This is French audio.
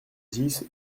dix